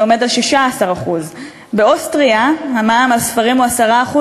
שעומד על 16%; באוסטריה המע"מ על ספרים הוא 10%,